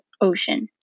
ocean